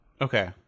Okay